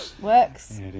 works